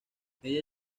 ella